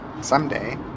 someday